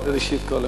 ראשית כול,